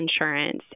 insurance